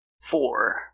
Four